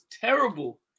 terrible